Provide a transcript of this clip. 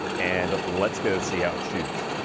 and let's go see how it shoots.